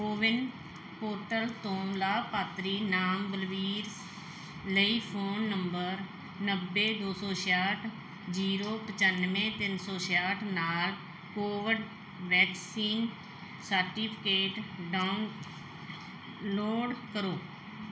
CoWIN portal ਤੋਂ ਲਾਭਪਾਤਰੀ ਨਾਮ ਬਲਬੀਰ ਲਈ ਫ਼ੋਨ ਨੰਬਰ ਨੱਬੇ ਦੋ ਸੌ ਛਿਆਹਠ ਜ਼ੀਰੋ ਪਚਾਨਵੇਂ ਤਿੰਨ ਸੌ ਛਿਆਹਠ ਨਾਲ ਕੋਵਿਡ ਵੈਕਸੀਨ ਸਰਟੀਫਿਕੇਟ ਡਾਊਨਲੋਡ ਕਰੋ